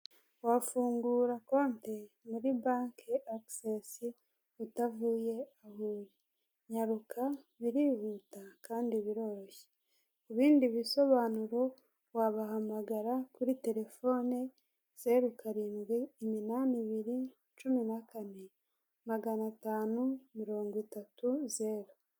Wafungura konti muri banki agisesi utavuye aho uri, nyaruka birihuta kandi biroroshye ku ibindi bisobanuro wabahamagara kuri telefone ze karindwi iminani bibiri cumi na kane magana atanu mirongo itatu, zeru.